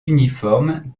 uniforme